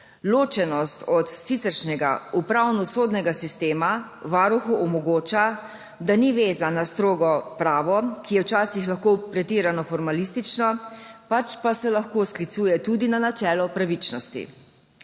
Ločenost od siceršnjega upravno-sodnega sistema Varuhu omogoča, da ni vezan na strogo pravo, ki je včasih lahko pretirano formalistično, pač pa se lahko sklicuje tudi na načelo pravičnosti.